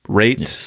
rate